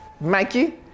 Mikey